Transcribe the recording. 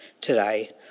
today